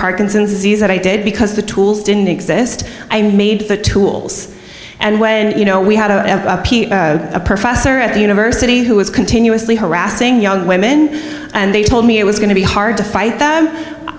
parkinson's disease i did because the tools didn't exist i made the tools and when you know we had a professor at the university who was continuously harassing young women and they told me it was going to be hard to fight them